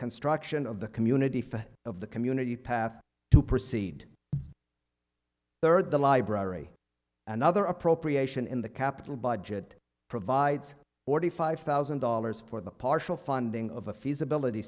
construction of the community front of the community path to proceed third the library another appropriation in the capital budget provides forty five thousand dollars for the partial funding of a feasibility